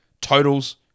totals